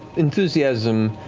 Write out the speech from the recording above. enthusiasm,